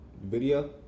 video